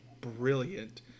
brilliant